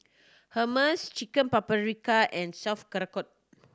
Hummus Chicken Paprika and